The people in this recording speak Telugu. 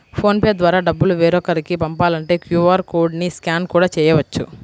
ఫోన్ పే ద్వారా డబ్బులు వేరొకరికి పంపాలంటే క్యూ.ఆర్ కోడ్ ని స్కాన్ కూడా చేయవచ్చు